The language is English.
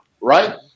right